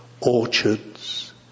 orchards